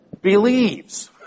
believes